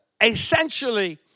essentially